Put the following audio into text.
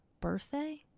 birthday